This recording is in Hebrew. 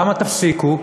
ולמה "תפסיקו"?